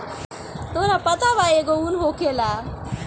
तोहरा पता बा एगो उन होखेला